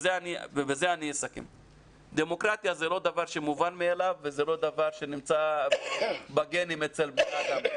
לא דבר שמובן מאליו וזה לא דבר שנמצא בגנים אצל בני אדם.